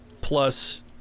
plus